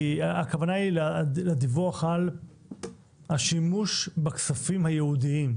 הכוונה היא לדיווח על השימוש בכספים הייעודיים,